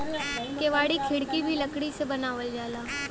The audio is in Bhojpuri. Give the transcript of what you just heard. केवाड़ी खिड़की भी लकड़ी से बनावल जाला